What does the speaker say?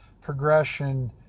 progression